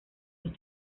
los